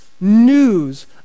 news